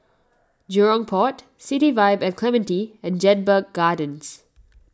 Jurong Port City Vibe at Clementi and Jedburgh Gardens